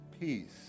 peace